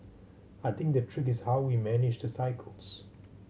I think the trick is how we manage the cycles